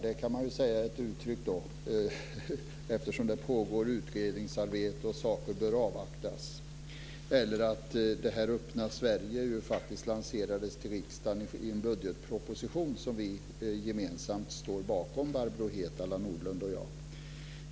Man kan då säga att det är ett uttryck, eftersom det pågår utredningsarbete och saker bör avvaktas eller att kampanjen Öppna Sverige lanserades för riksdagen i en budgetproposition som Barbro Hietala Nordlund och jag gemensamt står bakom.